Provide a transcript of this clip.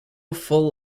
full